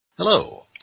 Hello